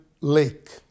lake